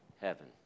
Heaven